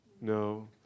No